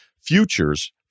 futures